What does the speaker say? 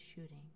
shooting